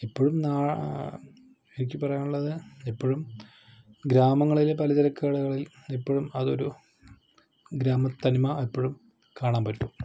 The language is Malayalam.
എപ്പോഴും നാ എനിക്ക് പറയാനുള്ളത് എപ്പോഴും ഗ്രാമങ്ങളിലെ പലചരക്ക് കടകളിൽ എപ്പോഴും അത് ഒരു ഗ്രാമ തനിമ എപ്പോഴും കാണാൻ പറ്റും